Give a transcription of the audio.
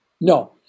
No